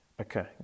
Okay